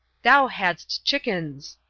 thou hadst chickens!